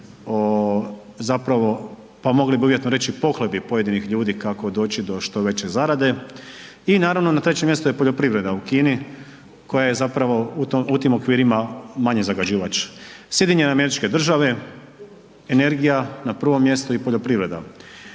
zapravo pa mogli bi uvjetno reći pohlepi pojedinih ljudi kako doći do što veće zarade i naravno na trećem mjestu je poljoprivreda u Kini koja je zapravo u tim okvirima manji zagađivač. SAD energija na prvom mjestu i poljoprivreda.